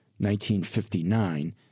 1959